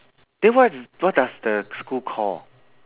then what's what does the school call